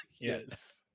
Yes